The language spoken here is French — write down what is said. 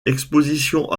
exposition